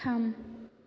थाम